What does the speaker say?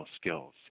skills